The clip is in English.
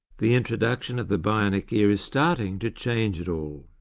the introduction of the bionic ear is starting to change it all.